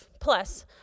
plus